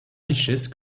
richesse